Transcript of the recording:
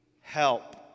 help